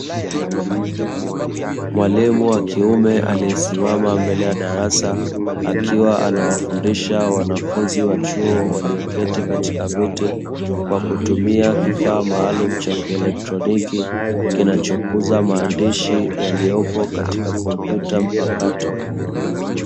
Mwalimu wa kiume aliyesimama mbele ya darasa, akiwa anawafundisha wanafunzi wa chuo walioketi katika viti; kwa kutumia kifaa maalumu cha kieletroniki, kinachokuza maandishi yaliyopo katika kompyuta mpakato.